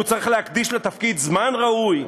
שהוא צריך להקדיש לתפקיד זמן ראוי,